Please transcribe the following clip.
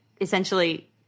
essentially